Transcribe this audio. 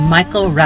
Michael